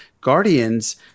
Guardians